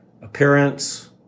appearance